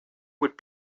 would